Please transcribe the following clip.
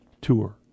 tour